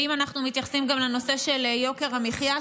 ואם אנחנו מתייחסים גם לנושא של יוקר המחיה,